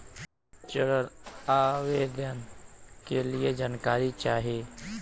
ऋण आवेदन के लिए जानकारी चाही?